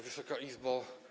Wysoka Izbo!